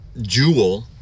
jewel